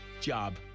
job